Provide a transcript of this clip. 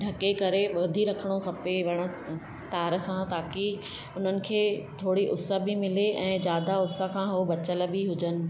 ढके करे बधी रखिणो खपे वण तार सां ताक़ी उन्हनि खे थोरी उस बि मिले ऐं ज्यादा उस खां उहो बचल बि हुजनि